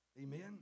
Amen